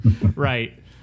Right